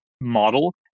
model